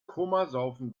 komasaufen